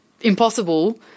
impossible